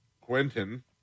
Quentin